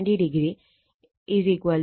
36 angle 13